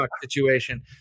situation